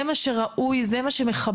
זה מה שראוי, זה מה שמכבד.